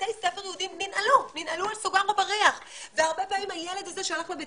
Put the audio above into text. בתי ספר ננעלו על סוגר ובריח והרבה פעמים הילד הזה שהלך לבית